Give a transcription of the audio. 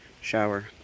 shower